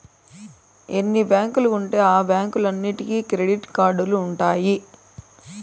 ఎన్ని బ్యాంకులు ఉంటే ఆ బ్యాంకులన్నీటికి క్రెడిట్ కార్డులు ఉంటాయి